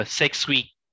six-week